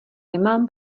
nemám